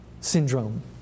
syndrome